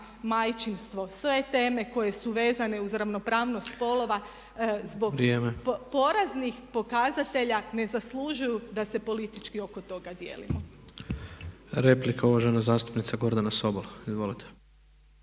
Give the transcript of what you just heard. majčinstvo, sve teme koje su vezane uz ravnopravnost spolova zbog praznih pokazatelja ne zaslužuju da se politički oko toga dijelimo. **Tepeš, Ivan (HSP AS)** Replika, uvažena zastupnica Gordana Sobol. Izvolite.